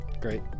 great